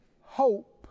hope